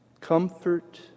Comfort